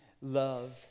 love